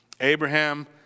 Abraham